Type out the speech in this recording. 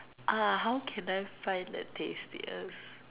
uh how can I find the tastiest